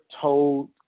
told